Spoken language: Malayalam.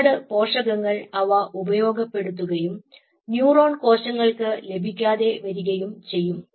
ഒരുപാട് പോഷകങ്ങൾ അവ ഉപയോഗപ്പെടുത്തുകയും ന്യൂറോൺ കോശങ്ങൾക്ക് ലഭിക്കാതെ വരികയും ചെയ്യും